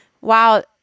wow